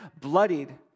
bloodied